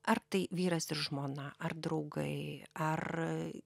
ar tai vyras ir žmona ar draugai ar